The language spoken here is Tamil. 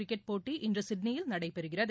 கிரிக்கெட் போட்டி இன்று சிட்னியில் நடைபெறுகிறது